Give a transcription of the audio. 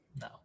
no